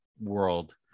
world